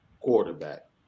Quarterback